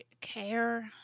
care